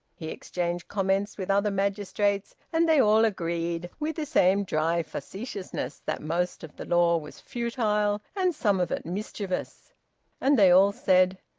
he exchanged comments with other magistrates, and they all agreed, with the same dry facetiousness, that most of the law was futile and some of it mischievous and they all said,